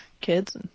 kids